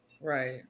Right